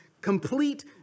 complete